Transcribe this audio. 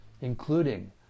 including